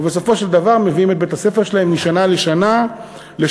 ובסופו של דבר מביאים את בית-הספר שלהם משנה לשנה לשיפורים,